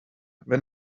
wenn